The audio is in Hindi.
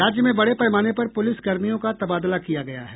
राज्य में बड़े पैमाने पर पुलिस कर्मियों का तबादला किया गया है